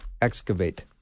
excavate